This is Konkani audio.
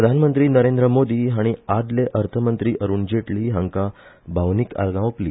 प्रधानमंत्री नरेंद्र मोदी हाणी आदले अर्थमंत्री अरुण जेटली हांका भावनीक आर्गा ओपली